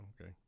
Okay